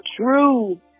true